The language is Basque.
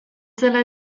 zela